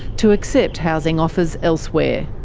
to accept housing offers elsewhere.